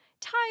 Tired